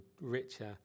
richer